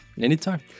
anytime